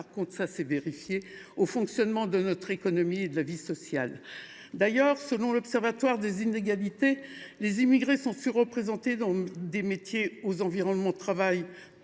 revanche, est vérifié… – au fonctionnement de notre économie et de la vie sociale. D’ailleurs, selon l’Observatoire des inégalités, les immigrés sont surreprésentés dans les métiers où l’environnement de travail